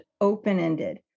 open-ended